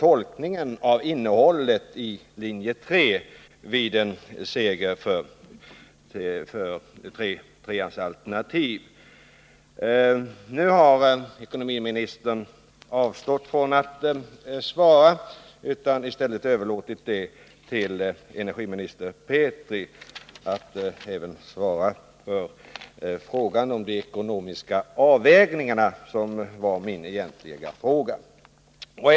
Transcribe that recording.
Anledningen till att jag ställde denna fråga till ekonomiminister Gösta Bohman förra veckan var de uttalanden inför utsikten att det blir en seger för linje 3 som han gjorde beträffande tolkningen av innehållet i linje 3:s Nu har ekonomiministern avstått från att svara själv och i stället överlåtit till energiminister Petri att svara när det gäller spörsmålet om de ekonomiska avvägningarna, som egentligen var vad min fråga främst gällde.